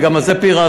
וגם את זה פירטנו,